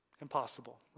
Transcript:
Impossible